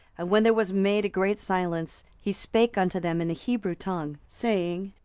and when there was made a great silence, he spake unto them in the hebrew tongue, saying,